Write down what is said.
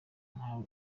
nkatwe